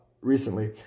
recently